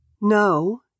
No